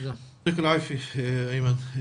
תודה, איימן.